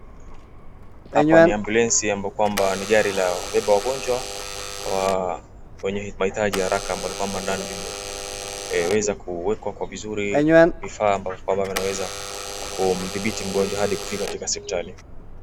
Hapa ni ambulensi ambayo kwamba ni gari la kubeba wagonjwa wenye mahitaji ya haraka ambalo kwamba ndani limeweza kuwekwa kwa vizuri vifaa ambavyo vinaweza kumdhibiti mgonjwa hadi kufika katika hospitali.